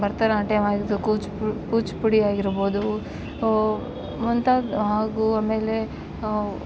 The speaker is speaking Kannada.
ಭರತನಾಟ್ಯಮ್ ಆಗಿದ್ದು ಕುಚ್ ಕುಚ್ಪುಡಿ ಆಗಿರ್ಬಹುದು ಒಂತದ್ ಹಾಗು ಆಮೇಲೆ